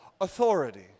authority